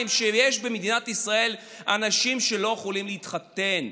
שיש במדינת ישראל אנשים שלא יכולים להתחתן.